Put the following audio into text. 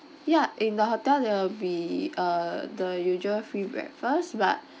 ya in the hotel there will be uh the usual free breakfast but